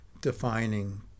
defining